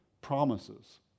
promises